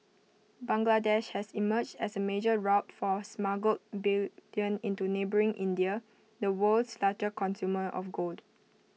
Bangladesh has emerged as A major route for smuggled bullion into neighbouring India the world's largest consumer of gold